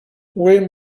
where